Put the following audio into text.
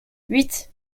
huit